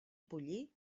pollí